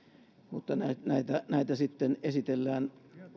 näitä näitä sitten esitellään